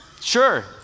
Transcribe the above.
sure